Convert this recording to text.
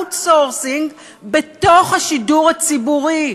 outsourcing בתוך השידור הציבורי.